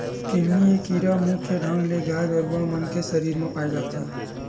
किन्नी ए कीरा मुख्य ढंग ले गाय गरुवा मन के सरीर म पाय जाथे